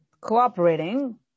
cooperating